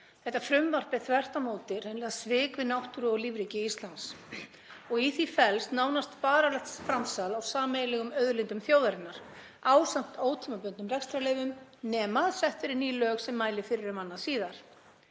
Þetta frumvarp er þvert á móti hreinlega svik við náttúru og lífríki Íslands og í því felst nánast varanlegt framsal á sameiginlegum auðlindum þjóðarinnar ásamt ótímabundnum rekstrarleyfum, nema sett verði ný lög sem mæli fyrir um annað síðar.